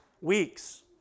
weeks